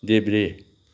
देब्रे